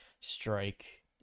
strike